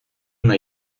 una